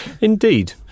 indeed